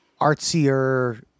artsier